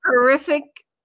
horrific